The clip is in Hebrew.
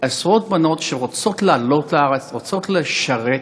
עשרות בנות שרוצות לעלות לארץ, רוצות לשרת,